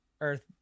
Earth